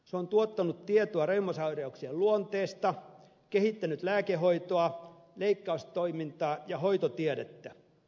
se on tuottanut tietoa reumasairauksien luonteesta kehittänyt lääkehoitoa leikkaustoimintaa ja hoitotiedettä